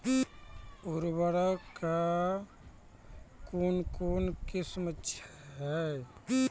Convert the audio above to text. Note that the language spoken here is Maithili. उर्वरक कऽ कून कून किस्म छै?